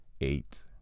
eight